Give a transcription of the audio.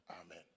Amen